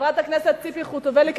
חברת הכנסת ציפי חוטובלי,